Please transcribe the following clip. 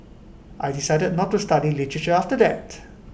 I decided not to study literature after that